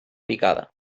picada